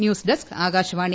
news desk Akashvani